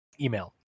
email